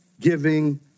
giving